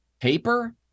paper